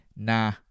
Nah